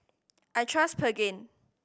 I trust Pregain